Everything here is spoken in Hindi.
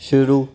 शुरू